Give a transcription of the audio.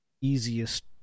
easiest